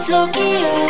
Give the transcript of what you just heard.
Tokyo